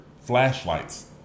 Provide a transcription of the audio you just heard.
flashlights